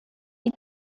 die